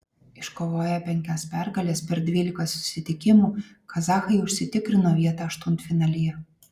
iškovoję penkias pergales per dvylika susitikimų kazachai užsitikrino vietą aštuntfinalyje